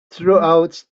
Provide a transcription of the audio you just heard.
throughout